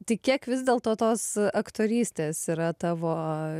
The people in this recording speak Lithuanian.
tai kiek vis dėlto tos aktorystės yra tavo